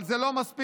אבל זה לא מספיק,